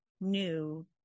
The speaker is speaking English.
new